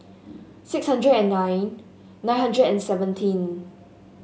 six hundred and nine nine hundred and seventeen